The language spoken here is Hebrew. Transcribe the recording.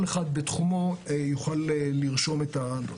כל אחד בתחומו יוכל לרשום את המרשם.